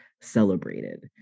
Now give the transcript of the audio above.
celebrated